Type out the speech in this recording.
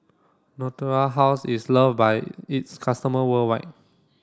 Natura House is loved by its customer worldwide